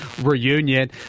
reunion